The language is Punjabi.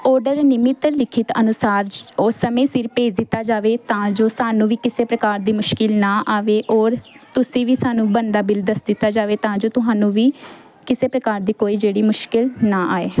ਔਰਡਰ ਨਿਮਨਲਿਖਤ ਅਨੁਸਾਰ ਉਸ ਸਮੇਂ ਸਿਰ ਭੇਜ ਦਿੱਤਾ ਜਾਵੇ ਤਾਂ ਜੋ ਸਾਨੂੰ ਵੀ ਕਿਸੇ ਪ੍ਰਕਾਰ ਦੀ ਮੁਸ਼ਕਿਲ ਨਾ ਆਵੇ ਔਰ ਤੁਸੀਂ ਵੀ ਸਾਨੂੰ ਬਣਦਾ ਬਿੱਲ ਦੱਸ ਦਿੱਤਾ ਜਾਵੇ ਤਾਂ ਜੋ ਤੁਹਾਨੂੰ ਵੀ ਕਿਸੇ ਪ੍ਰਕਾਰ ਦੀ ਕੋਈ ਜਿਹੜੀ ਮੁਸ਼ਕਿਲ ਨਾ ਆਵੇ